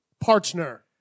Partner